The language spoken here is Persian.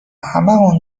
هممون